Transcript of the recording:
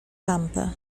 lampę